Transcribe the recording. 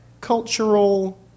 cultural